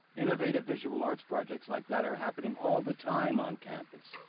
innovative visual arts projects like that are happening all the time on campus.